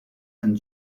and